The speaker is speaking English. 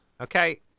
Okay